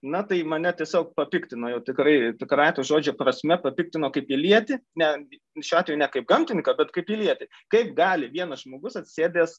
na tai mane tiesiog papiktino jau tikrai tikrąja žodžio prasme papiktino kaip pilietį netgi šiuo atveju ne kaip gamtininką bet kaip pilietį kaip gali vienas žmogus atsisėdęs